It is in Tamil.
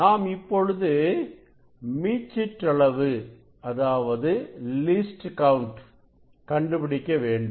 நாம் இப்பொழுது மீச்சிற்றளவு கண்டுபிடிக்க வேண்டும்